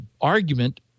argument